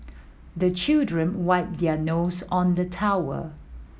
the children wipe their nose on the towel